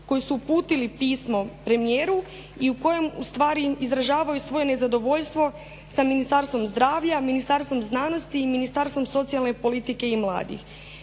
koji su uputili pismo premijeru i u kojem ustvari izražavaju svoje nezadovoljstvo sa Ministarstvom zdravlja, Ministarstvom znanosti i Ministarstvom socijalne politike i mladih.